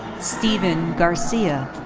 steven garcia.